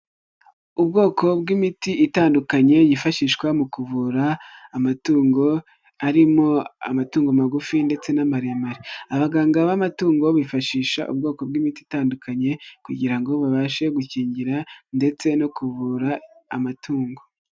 Ubwoko bw'imiti itandukanye yifashishwa mu kuvura amatungo, harimo amatungo magufi ndetse n'amaremare, abaganga b'amatungo bifashisha ubwoko bw'imiti itandukanye kugira ngo babashe gukingira ndetse no kuvura amatungo.